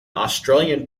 australian